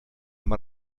amb